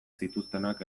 zituztenak